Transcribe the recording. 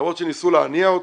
למרות שניסו להניא אותו.